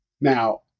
Now